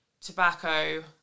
tobacco